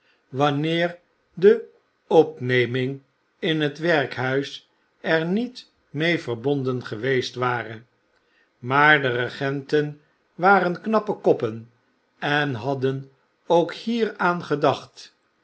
wanneer de opneming in het werkhuis er niet mee verbonden geweest ware maar de regenten waren knappe koppen en hadden ook hieraan gedacht